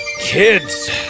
kids